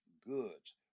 goods